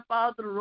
Father